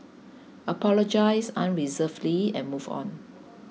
apologise unreservedly and move on